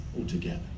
altogether